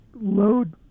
load